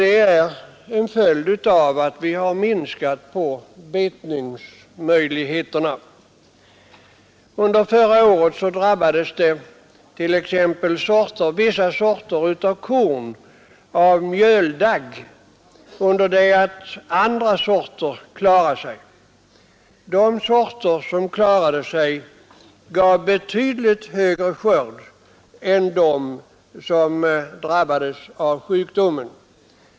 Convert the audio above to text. Under förra året drabbades t.ex. vissa kornsorter av mjöldagg under det att andra sorter klarade sig. De sorter som klarade sig gav betydligt högre skörd än de som drabbades av sjukdomen.